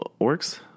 Orcs